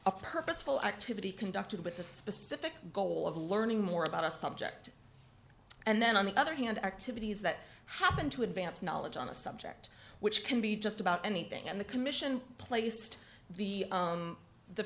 a purposeful activity conducted with a specific goal of learning more about a subject and then on the other hand activities that happen to advance knowledge on a subject which can be just about anything and the commission placed the